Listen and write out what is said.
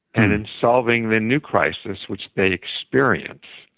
and in solving the new crisis, which they experience,